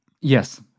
Yes